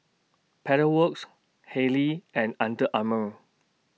Pedal Works Haylee and Under Armour